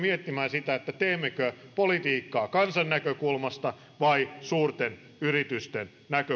sitä teemmekö politiikkaa kansan näkökulmasta vai suurten yritysten näkökulmasta arvoisa herra puhemies edelleen olen